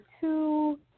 two